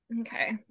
Okay